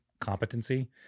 competency